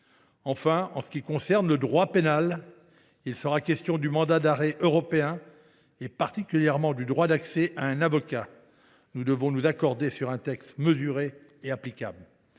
Enfin, en ce qui concerne le droit pénal, il sera question du mandat d’arrêt européen, et particulièrement du droit d’accès à un avocat. Nous devons nous accorder sur un texte mesuré et applicable.